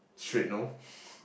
straight no